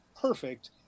perfect